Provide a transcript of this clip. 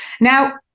Now